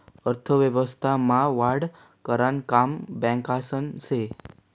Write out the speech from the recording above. अर्थव्यवस्था मा वाढ करानं काम बॅकासनं से